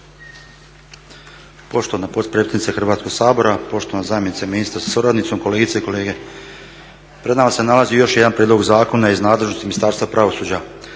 Poštovana potpredsjednice Hrvatskog sabora, poštovana zamjenice ministra sa suradnicom, kolegice i kolege. Pred nama se nalazi još jedan prijedlog zakona iz nadležnosti Ministarstva pravosuđa.